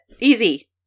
Easy